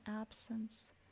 absence